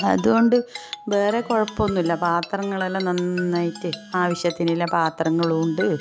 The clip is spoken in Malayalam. അതുകൊണ്ട് വേറെ കുഴപ്പമൊന്നുമില്ല പാത്രങ്ങളെല്ലാം നന്നായിട്ട് ആവശ്യത്തിനുള്ള പാത്രങ്ങളുമുണ്ട്